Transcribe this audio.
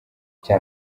icya